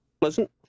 pleasant